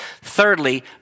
Thirdly